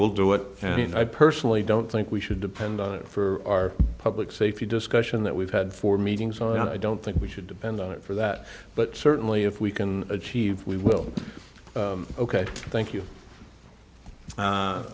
will do it and i personally don't think we should depend on it for our public safety discussion that we've had for meetings i don't think we should depend on it for that but certainly if we can achieve we will ok thank